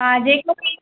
हा जेको बि